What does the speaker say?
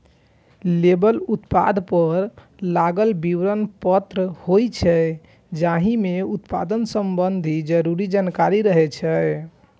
label उत्पाद पर लागल विवरण पत्र होइ छै, जाहि मे उत्पाद संबंधी जरूरी जानकारी रहै छै